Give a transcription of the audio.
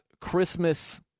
Christmas